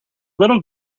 little